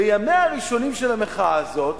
בימיה הראשונים של המחאה הזאת,